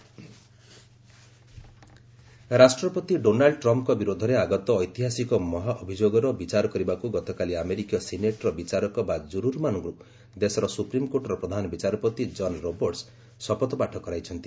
US Trump ରାଷ୍ଟ୍ରପତି Donald ଟ୍ରମ୍ଙ୍କ ବିରୋଧରେ ଆଗତ ଐତିହାସିକ ମହାଭିଯୋଗର ବିଚାର କରିବାକୁ ଗତକାଲି ଆମେରିକୀୟ ସିନେଟ୍ର ବିଚାରକ ବା ଜୁରର୍ମାନଙ୍କୁ ଦେଶର ସୁପ୍ରିମ୍କୋର୍ଟର ପ୍ରଧାନ ବିଚାରପତି ଜନ୍ ରବର୍ଟସ୍ ଶପଥପାଠ କରାଇଛନ୍ତି